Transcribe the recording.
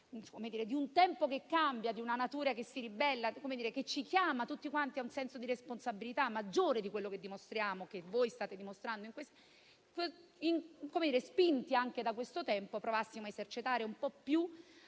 di un tempo che purtroppo cambia, di una natura che purtroppo si ribella e che ci chiama tutti quanti a un senso di responsabilità maggiore di quello che dimostriamo e voi state dimostrando e che, spinti anche da questo, provassimo a esercitare un po' più